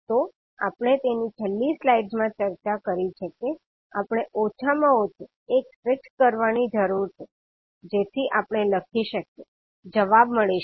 તો આપણે તેની છેલ્લી સ્લાઇડ્સમાં ચર્ચા કરી છે કે આપણે ઓછામાં ઓછું એક ફિક્સ કરવાની જરૂર છે જેથી આપણે લખી શકીએ જવાબ મળી શકે